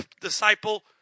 disciple